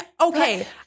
okay